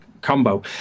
combo